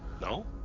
no